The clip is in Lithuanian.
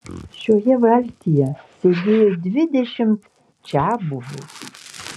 šioje valtyje sėdėjo dvidešimt čiabuvių